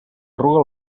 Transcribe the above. arruga